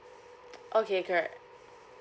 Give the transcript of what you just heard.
okay correct